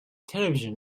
television